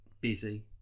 Busy